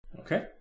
Okay